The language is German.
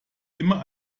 immer